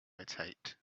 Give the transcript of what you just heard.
rotate